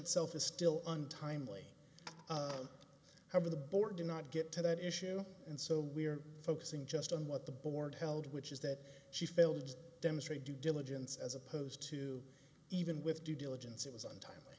itself is still untimely however the board did not get to that issue and so we are focusing just on what the board held which is that she failed to demonstrate due diligence as opposed to even with due diligence it was